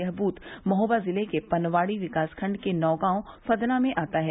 यह बूथ महोबा जिले के पनवाड़ी विकासखंड के नौगाव फदना में आता है